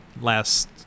last